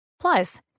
Plus